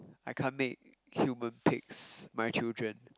I can't make human pigs my children